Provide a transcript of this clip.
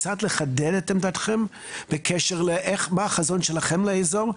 קצת שתחדדו את עמדתכם בקשר למה החזון שלכם לאזור,